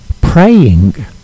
praying